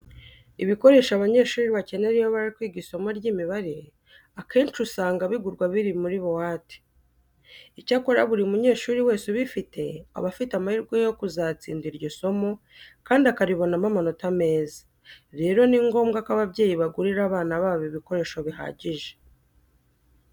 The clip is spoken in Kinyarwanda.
Ibikoresho abanyeshuri bakenera iyo bari kwiga isomo ry'imibare akenshi usanga bigurwa biri muri buwate. Icyakora buri munyeshuri wese ubifite aba afite amahirwe yo kuzatsinda iryo somo kandi akaribonamo amanota meza. Rero ni ngombwa ko ababyeyi bagurira abana babo ibikoresho bihagije.